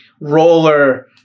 roller